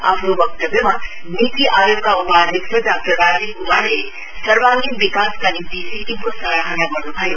आफ्नो वक्तव्यमा नीति आयोगका उपाध्यक्ष डाक्टर राजीव क्मारले सर्वाङ्गन विकासका निम्ति सिक्किमको सराहना गर्न्भयो